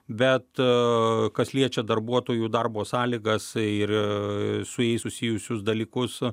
be kas liečia darbuotojų darbo sąlygas ir su jais susijusius dalykus